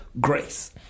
grace